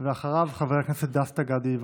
אחריו, חבר הכנסת דסטה גדי יברקן.